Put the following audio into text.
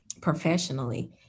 professionally